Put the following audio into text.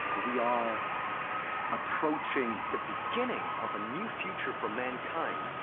we are approaching the beginning of a new future for mankind,